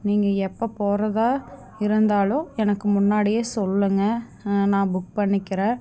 நீங்கள் எப்போ போகிறதா இருந்தாலும் எனக்கு முன்னாடியே சொல்லுங்கள் நான் புக் பண்ணிக்கிறேன்